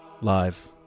Live